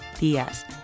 días